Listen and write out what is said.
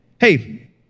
Hey